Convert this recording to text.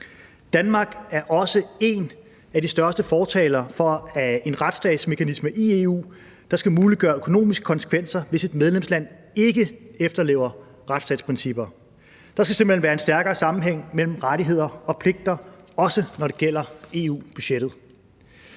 Danmark er også en af de største fortalere for en retsstatsmekanisme i EU, der skal muliggøre økonomiske konsekvenser, hvis et medlemsland ikke efterlever retsstatsprincipper. Der skal simpelt hen være en stærkere sammenhæng mellem rettigheder og pligter, også når det gælder EU-budgettet.